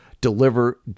deliver